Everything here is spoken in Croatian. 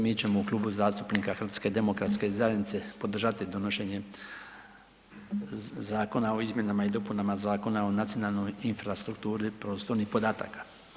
Mi ćemo u Klubu zastupnika HDZ-a podržati donošenje Zakona o izmjenama i dopunama Zakona o nacionalnoj infrastrukturi prostornih podataka.